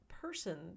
person